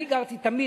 אני גרתי תמיד